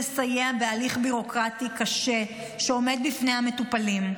היא תסייע בהליך הביורוקרטי הקשה שעומד בפני המטופלים.